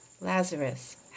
Lazarus